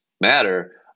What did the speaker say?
matter